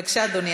בבקשה, אדוני.